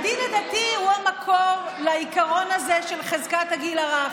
הדין הדתי הוא המקור לעיקרון הזה של חזקת הגיל הרך,